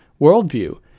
worldview